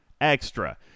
extra